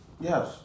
Yes